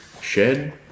shed